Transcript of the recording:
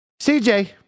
CJ